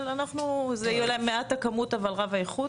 אבל יהיה להם "מעט הכמות אבל רב האיכות",